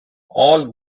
all